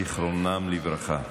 זיכרונם לברכה.